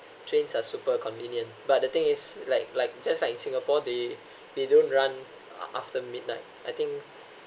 trains are super convenient but the thing is like like just like in singapore they they don't run after midnight I think